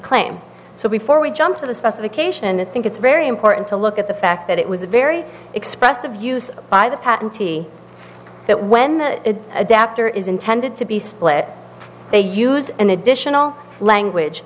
claim so before we jump to the specification and i think it's very important to look at the fact that it was a very expressive use by the patentee that when the adapter is intended to be split they used an additional language